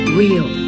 real